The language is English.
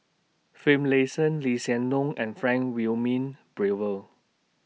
Finlayson Lee Hsien Loong and Frank Wilmin Brewer